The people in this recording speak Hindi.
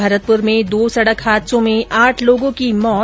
भरतपुर में दो सडक हादसों में आठ लोगों की मौत